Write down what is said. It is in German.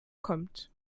kommt